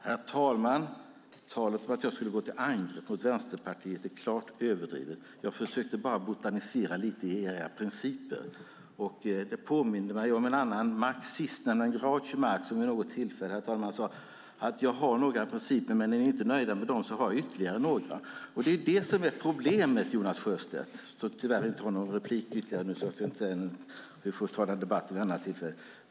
Herr talman! Talet om att jag skulle gå till angrepp mot Vänsterpartiet är klart överdrivet. Jag försökte bara botanisera lite i era principer. Det påminde mig om en annan marxist, nämligen Groucho Marx som vid något tillfälle sade: Jag har några principer, men är ni inte nöjda med dem har jag ytterligare några. Tyvärr har Jonas Sjöstedt inte något ytterligare inlägg, men vi får väl ta den debatten vid ett annat tillfälle.